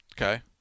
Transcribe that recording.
Okay